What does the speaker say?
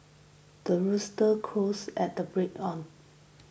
the rooster crows at the break on